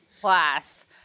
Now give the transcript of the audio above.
class